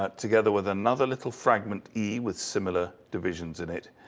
but together with another little fragment e, with similar divisions in it.